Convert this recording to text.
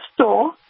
store